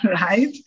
right